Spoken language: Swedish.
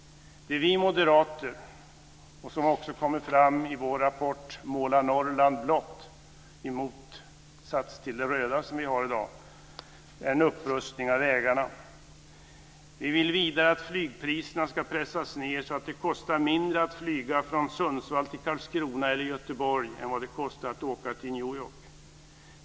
Det vi moderater vill - som också framkommer i vår rapport Måla Norrland blått, i motsats till det röda vi har i dag - är en upprustning av vägar. Vi vill vidare att flygpriserna ska pressas ned så att det kostar mindre att flyga från Sundsvall till Karlskrona eller Göteborg än vad det kostar att åka till New York.